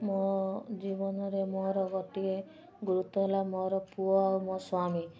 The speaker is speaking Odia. ମୋ ଜୀବନରେ ମୋର ଗୋଟିଏ ଗୁରୁତ୍ୱ ହେଲା ମୋର ପୁଅ ଆଉ ମୋ ସ୍ୱାମୀ